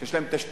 שיש להן תשתית,